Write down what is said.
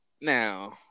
Now